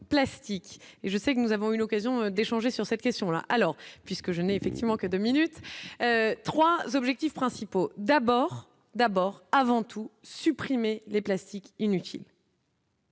et je sais que nous avons eu l'occasion d'échanger sur cette question-là, alors, puisque je n'ai effectivement que 2 minutes 3 objectifs principaux : d'abord d'abord avant tout supprimer les plastiques inutile.